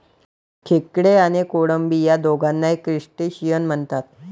खेकडे आणि कोळंबी या दोघांनाही क्रस्टेशियन म्हणतात